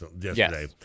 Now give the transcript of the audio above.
yesterday